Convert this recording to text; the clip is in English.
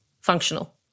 functional